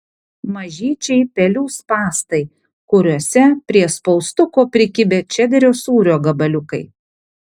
mažyčiai pelių spąstai kuriuose prie spaustuko prikibę čederio sūrio gabaliukai